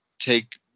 Take